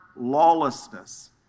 lawlessness